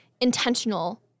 Intentional